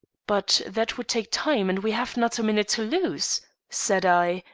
but that would take time, and we have not a minute to lose, said i,